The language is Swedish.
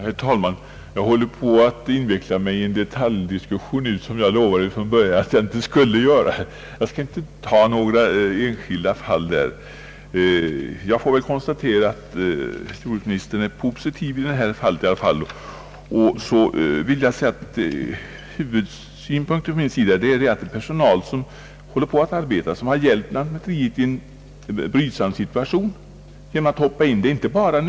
Herr talman! Jag håller på att inveckla mig i en detaljdiskussion, vilket jag från början lovade att jag inte skulle göra. Jag skall inte ta upp några enskilda fall. Men jag får väl konstatera att jordbruksministern ändå är positiv i detta fall, och så vill jag framhålla att huvudsynpunkten från min sida är att det gäller personal, som håller på att arbeta och hjälpt till i en brydsam situation genom att hoppa in, som nu friställs utan skäl.